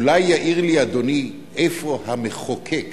אולי יעיר לי אדוני איפה המחוקק